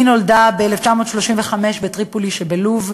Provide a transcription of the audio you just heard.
היא נולדה ב-1935 בטריפולי שבלוב,